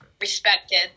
respected